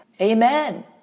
amen